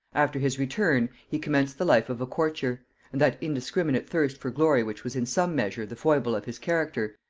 after his return, he commenced the life of a courtier and that indiscriminate thirst for glory which was in some measure the foible of his character,